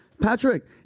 Patrick